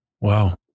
Wow